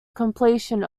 completion